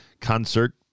concert